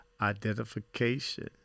identification